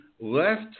left